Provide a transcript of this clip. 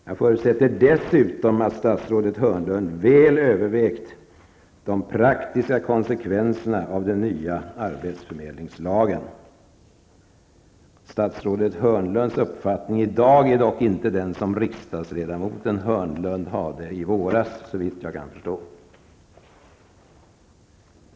Jag förutsätter dessutom att statsrådet Hörnlund väl har övervägt de praktiska konsekvenserna av den nya arbetsförmedlingslagen. Statsrådet Hörnlunds uppfattning i dag är dock inte den som riksdagsledamoten Hörnlund hade i våras, såvitt jag kan förstå.